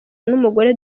n’umugore